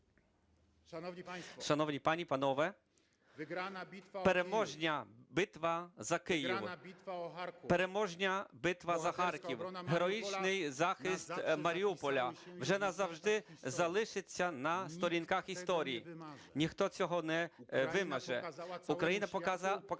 Шановні пані і панове! Переможна битва за Київ, переможна битва за Харків, героїчний захист Маріуполя вже назавжди залишаться на сторінках історії, ніхто цього не вимаже. Україна показала всьому